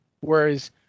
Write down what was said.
Whereas